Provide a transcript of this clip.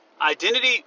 identity